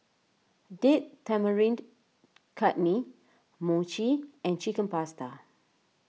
Date Tamarind Chutney Mochi and Chicken Pasta